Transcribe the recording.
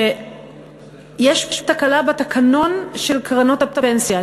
לכך שיש תקלה בתקנון של קרנות הפנסיה,